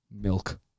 milk